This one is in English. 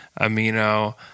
Amino